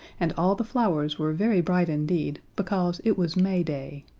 and all the flowers were very bright indeed, because it was may day.